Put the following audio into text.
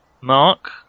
Mark